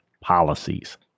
policies